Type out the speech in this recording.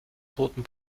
toten